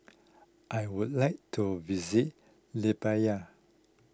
I would like to visit Libya